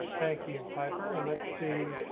thank you. piper and let's see,